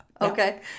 Okay